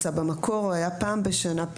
במקור היה פעם בשנה.